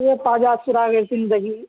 یہ پا جا سراغ زندگی